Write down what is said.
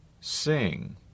sing